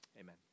Amen